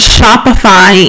Shopify